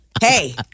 Hey